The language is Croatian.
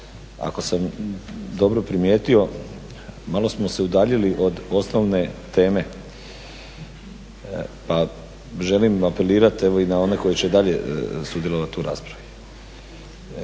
ako sam dobro primijetio malo smo se udaljili od osnovne teme pa želim apelirati i na one koji će dalje sudjelovat u raspravi.